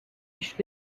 dish